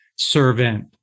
servant